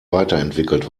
weiterentwickelt